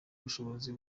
ubushobozi